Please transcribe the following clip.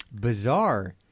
bizarre